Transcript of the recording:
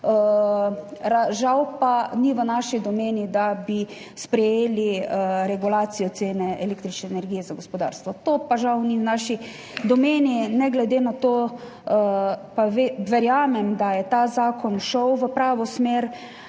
žal pa ni v naši domeni, da bi sprejeli regulacijo cene električne energije za gospodarstvo, to pa žal ni v naši domeni. Ne glede na to pa verjamem, da je ta zakon šel v pravo smer.